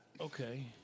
Okay